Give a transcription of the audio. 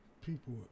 people